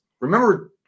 remember